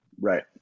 Right